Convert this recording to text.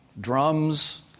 Drums